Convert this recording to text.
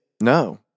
No